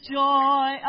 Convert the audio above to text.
joy